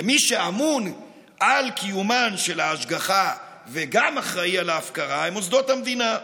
ומי שאמון על קיומה של ההשגחה וגם אחראי להפקרה הם מוסדות המדינה.